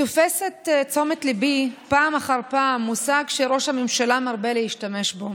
תופס את תשומת ליבי פעם אחר פעם מושג שראש הממשלה מרבה להשתמש בו.